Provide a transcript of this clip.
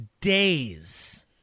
days